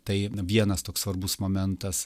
tai vienas toks svarbus momentas